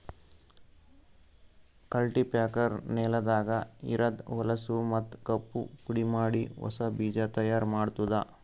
cultipacker ನೆಲದಾಗ ಇರದ್ ಹೊಲಸೂ ಮತ್ತ್ ಕಲ್ಲು ಪುಡಿಮಾಡಿ ಹೊಸಾ ಬೀಜ ತೈಯಾರ್ ಮಾಡ್ತುದ